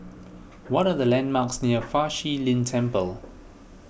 what are the landmarks near Fa Shi Lin Temple